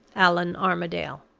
allan armadale.